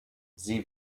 sie